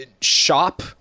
shop